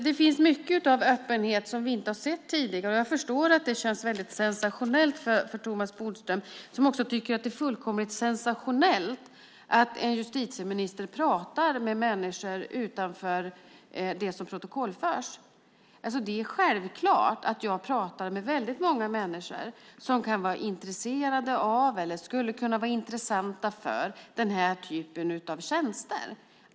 Det finns mycket av öppenhet i det här som vi inte har sett tidigare. Jag förstår att det känns väldigt sensationellt för Thomas Bodström, som också tycker att det är fullkomligt sensationellt att en justitieminister pratar med människor utanför det som protokollförs. Det är självklart att jag pratar med väldigt många människor som kan vara intresserade av eller som skulle kunna vara intressanta för den här typen av tjänster.